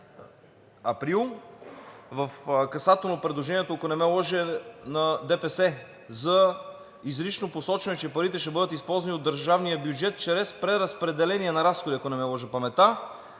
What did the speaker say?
г., в касателно предложението, ако не се лъжа, на ДПС за изрично посочване, че парите ще бъдат използвани от държавния бюджет чрез преразпределение на разходи, ако не ме лъже паметта.